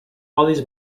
olis